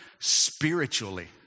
spiritually